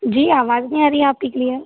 जी आवाज़ नहीं आ रही आपकी क्लियर